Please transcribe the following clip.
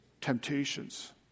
temptations